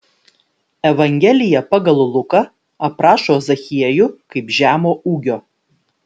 evangelija pagal luką aprašo zachiejų kaip žemo ūgio